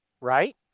Right